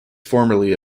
formerly